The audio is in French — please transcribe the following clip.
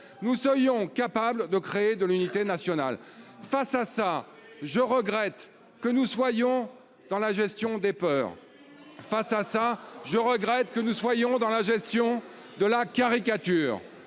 nous serions capables de créer de l'unité nationale face à ça, je regrette que nous soyons dans la gestion des peurs. Face à ça, je regrette que nous soyons dans la gestion de la caricature,